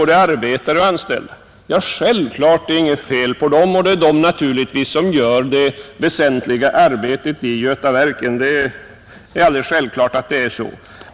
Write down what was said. Det är självfallet inget fel på de anställda, och det är naturligtvis de som utför det väsentliga arbetet i Götaverken.